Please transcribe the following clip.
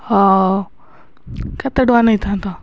ହ କେତେ ଟଙ୍କା ନେଇଥାନ୍ତ